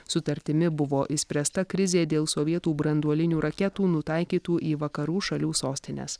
sutartimi buvo išspręsta krizė dėl sovietų branduolinių raketų nutaikytų į vakarų šalių sostines